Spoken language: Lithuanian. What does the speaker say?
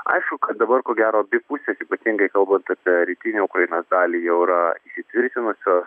aišku kad dabar ko gero abi pusės ypatingai kalbant apie rytinę ukrainos dalį jau yra įsitvirtinusios